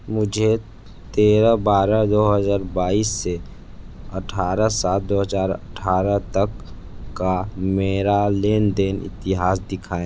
मुझे तेरह बारह दो हजार बाईस से अठारह सात दो हजार अठारह तक का मेरा लेनदेन इतिहास दिखाएँ